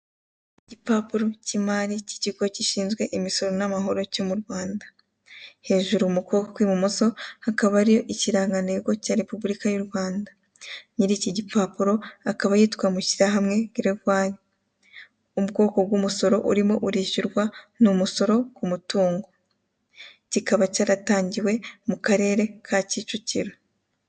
Igipapuro cy'imari cy'ikigo gishinzwe imisoro n'amahoro cyo mu Rwanda. Hejuru mu kuboko kw'ibumoso hakaba hari ikirangantego cya Repubulika y'u Rwanda. Nyiri iki gipapuro akaba yitwa Mushyirahamwe Geregwari. Ubwoko bw'umusoro urimo urishyurwa ni umusoro ku mutungo. Kikaba cyaratangiwe mu karere ka Kicukiro.